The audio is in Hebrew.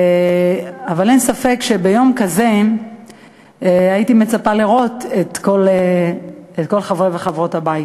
אבל אין ספק שביום כזה הייתי מצפה לראות את כל חברי וחברות הבית.